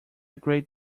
great